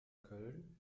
köln